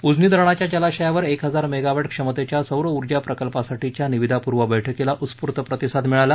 उजनी धरणाच्या जलाशयावर एक हजार मेगावॅट क्षमतेच्या सौर ऊर्जा प्रकल्पासाठीच्या निविदापूर्व बैठकीला उस्फूर्त प्रतिसाद मिळला